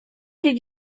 did